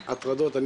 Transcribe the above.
ההטרדות.